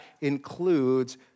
includes